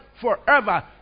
forever